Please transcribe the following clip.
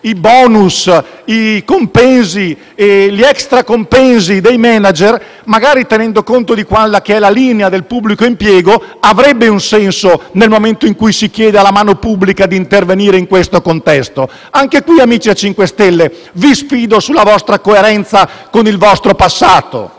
i *bonus*, i compensi e gli extra compensi dei *manager*, magari tenendo conto della linea del pubblico impiego, avrebbe allora un senso nel momento in cui si chiede alla mano pubblica di intervenire in questo contesto. Anche qui, amici a cinque stelle, vi sfido sulla coerenza con il vostro passato.